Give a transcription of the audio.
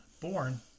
born